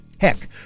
Heck